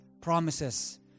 promises